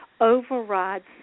overrides